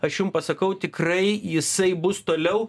aš jum pasakau tikrai jisai bus toliau